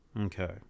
Okay